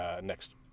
next